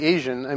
Asian